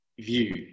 view